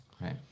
Right